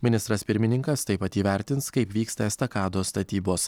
ministras pirmininkas taip pat įvertins kaip vyksta estakados statybos